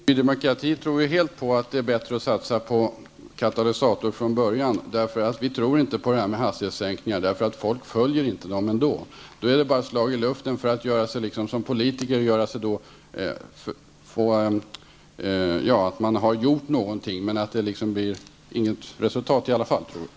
Fru talman! Vi i Ny Demokrati tror helt på att det är bättre att satsa på katalysator från början. Vi tror inte på hastighetssänkningar. Folk följer dem ändå inte. Som politiker blir det bara ett slag i luften för att visa att man har gjort något. Det blir i alla fall inget resultat.